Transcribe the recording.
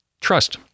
trust